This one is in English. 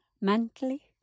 mentally